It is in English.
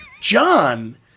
john